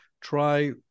try